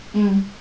mm